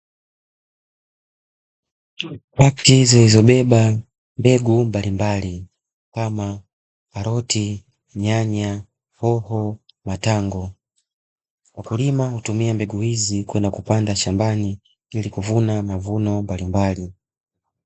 Paketi zilizo beba mbegu mbalimbali kama:karoti, nyanya, hoho, matango, mkulima hutumia mbegu hizi kwenda kupanda shambani ilikuvuna mavuno mbalimbali.